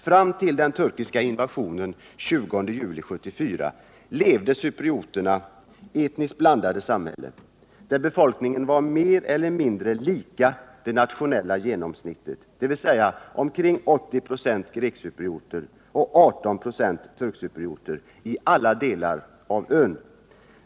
Fram till den turkiska invasionen den 20 juli 1974 levde cyprioterna i etniskt blandade samhällen, där befolkningen var mer eller mindre lika det nationella genomsnittet, dvs. omkring 80 96 grekcyprioter och 18 96 turkcyprioter, i alla delar av ön.